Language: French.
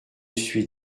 suis